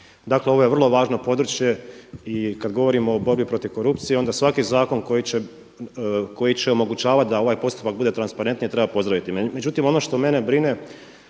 Dakle ovo je vrlo važno područje i kada govorimo o borbi protiv korupcije onda svaki zakon koji će omogućavati da ovaj postupak bude transparentniji treba pozdraviti. Međutim ono što mene brine,